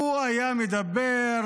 אדוני,